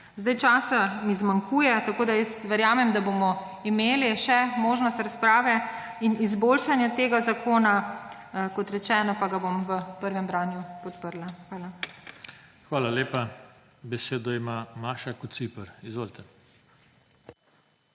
Časa mi zmanjkuje, tako da jaz verjamem, da bomo imeli še možnost razprave in izboljšanja tega zakona. Kot rečeno, pa ga bom v prvem branju podprla. Hvala. **PODPREDSEDNIK JOŽE TANKO:** Hvala lepa. Besedo ima Maša Kociper. Izvolite.